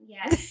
Yes